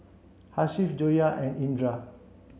Hasif Joyah and Indra